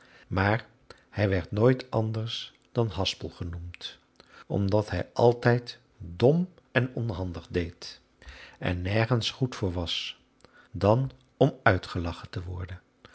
maar hij werd nooit anders dan haspel genoemd omdat hij altijd dom en onhandig deed en nergens goed voor was dan om uitgelachen te worden